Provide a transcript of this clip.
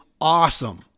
awesome